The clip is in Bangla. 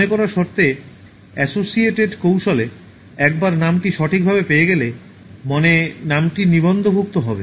মনে করার শর্তে অ্যাসোসিয়েটেড কৌশলে একবার নামটি সঠিকভাবে পেয়ে গেলে মনে নামটি নিবন্ধভুক্ত হবে